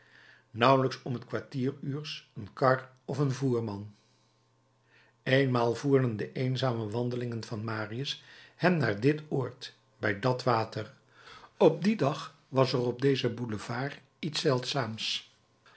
nauwelijks om het kwartieruurs een kar of een voerman eenmaal voerden de eenzame wandelingen van marius hem naar dit oord bij dat water op dien dag was er op dezen boulevard iets zeldzaams